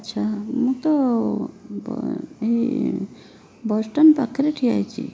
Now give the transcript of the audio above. ଆଚ୍ଛା ମୁଁ ତ ବସ୍ଷ୍ଟାଣ୍ଡ ପାଖରେ ଠିଆ ହେଇଛି